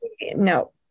No